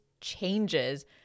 changes